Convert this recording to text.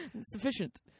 Sufficient